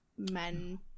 Men